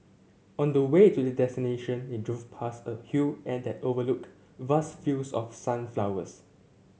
on the way to their destination they drove past a hill and that overlooked vast fields of sunflowers